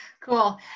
Cool